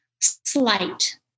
slight